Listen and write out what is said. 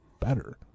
better